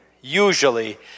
usually